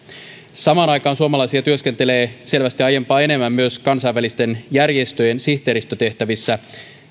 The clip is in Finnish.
samaan aikaan suomalaisia työskentelee selvästi aiempaa enemmän myös kansainvälisten järjestöjen sihteeristötehtävissä